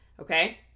okay